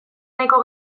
nahiko